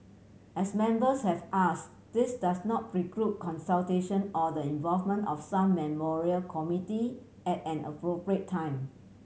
as members have ask this does not preclude consultation or the involvement of some memorial committee at an appropriate time